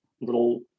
little